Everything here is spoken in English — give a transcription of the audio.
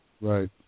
Right